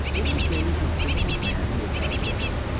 in the days when primitive man lived outdoors,